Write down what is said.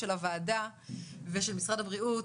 של הוועדה ושל משרד הבריאות,